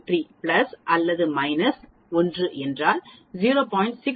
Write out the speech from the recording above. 683 plus அல்லது minus 1 என்பது 0